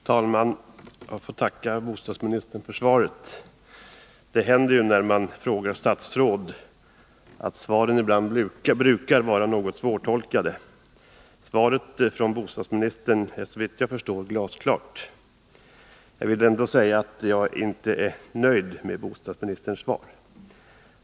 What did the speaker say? Herr talman! Jag får tacka bostadsministern för svaret. Det händer ju, när man frågar statsråd, att svaren som man får ibland är något svårtolkade. Svaret från bostadsministern är däremot, såvitt jag förstår, glasklart. Men jag vill ändå säga att jag inte är nöjd med bostadsministerns svar.